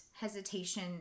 hesitation